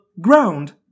ground